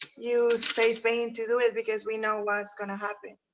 use face paint to do it because we know what's gonna happen.